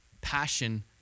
passion